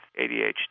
ADHD